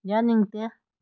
ꯌꯥꯅꯤꯡꯗꯦ